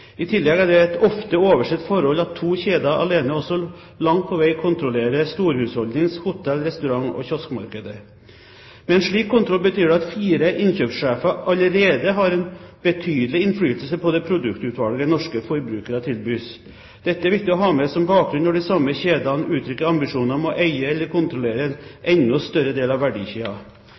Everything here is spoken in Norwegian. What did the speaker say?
I tillegg er det et ofte oversett forhold at to kjeder alene også langt på vei kontrollerer storhusholdnings-, hotell-, restaurant- og kioskmarkedet. Med en slik kontroll betyr det at fire innkjøpssjefer allerede har en betydelig innflytelse på det produktutvalget norske forbrukere tilbys. Dette er viktig å ha med som bakgrunn når de samme kjedene uttrykker ambisjoner om å eie eller kontrollere en enda større del av